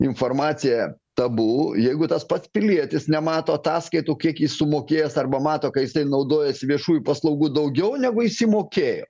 informacija tabu jeigu tas pats pilietis nemato ataskaitų kiek jis sumokėjęs arba mato ką jisai naudojasi viešųjų paslaugų daugiau negu išsimokėjo